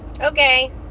Okay